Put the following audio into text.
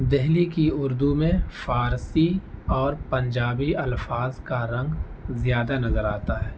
دہلی کی اردو میں فارسی اور پنجابی الفاظ کا رنگ زیادہ نظر آتا ہے